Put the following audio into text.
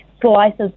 slices